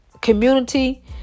community